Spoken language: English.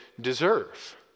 deserve